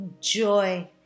joy